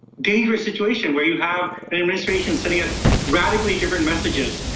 dangerous situation where you have an administration sending out radically different messages.